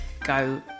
Go